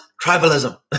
tribalism